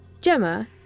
Gemma